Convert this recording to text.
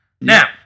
Now